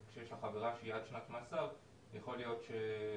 שיש לך עבירה שהיא עד שנת מאסר יכול להיות שיש